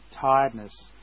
tiredness